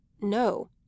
No